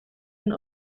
een